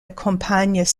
accompagnent